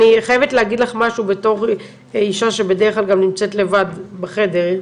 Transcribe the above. אני חייבת להגיד לך משהו בתור אישה שבדרך כלל גם נמצאת לבד בחדר.